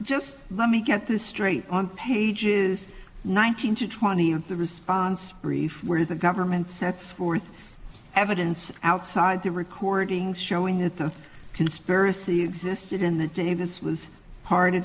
just let me get this straight on pages nineteen to twenty of the response brief where the government sets forth evidence outside the recordings showing at the conspiracy existed in the davis was part of